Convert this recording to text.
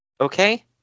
okay